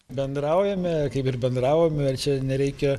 bendraujame kaip ir bendravome ir čia nereikia